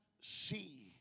see